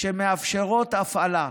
שמאפשרות הפעלה.